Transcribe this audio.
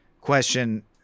question